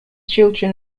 children